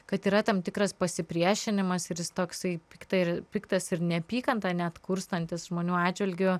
kad yra tam tikras pasipriešinimas ir jis toksai pikta ir piktas ir neapykantą net kurstantis žmonių atžvilgiu